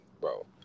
bro